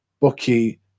bucky